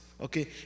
Okay